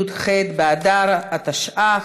י"ח באדר התשע"ח,